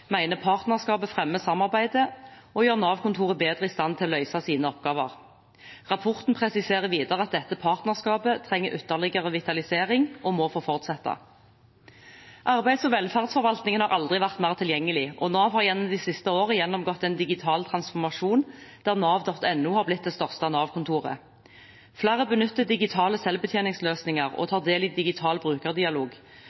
partnerskapet fremmer samarbeidet og gjør Nav-kontorene bedre i stand til å løse sine oppgaver. Rapporten presiserer videre at dette partnerskapet trenger ytterligere vitalisering og må få fortsette. Arbeids- og velferdsforvaltningen har aldri vært mer tilgjengelig, og Nav har gjennom de siste årene gjennomgått en digital transformasjon, der nav.no er blitt det største «Nav-kontoret». Flere benytter digitale selvbetjeningsløsninger og